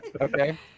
okay